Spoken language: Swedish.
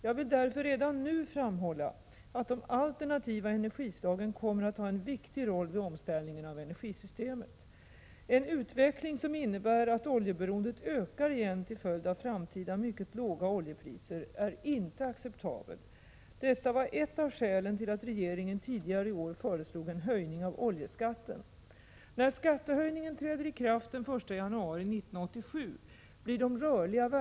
Jag vill därför redan nu framhålla att de alternativa energislagen kommer att ha en viktig roll vid omställningen av energisystemet. En utveckling som innebär att oljeberoendet ökar igen till följd av framtida mycket låga oljepriser är inte acceptabel. Detta var ett av skälen till att regeringen tidigare i år föreslog en höjning av oljeskatten. När skattehöj ningen träder i kraft den 1 januari 1987 blir de rörliga värmeproduktionskost — Prot.